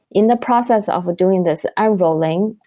in the process of doing this unrolling,